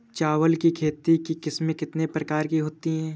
चावल की खेती की किस्में कितने प्रकार की होती हैं?